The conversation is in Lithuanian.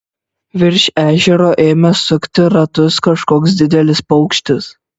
virš ežero ėmė sukti ratus kažkoks didelis paukštis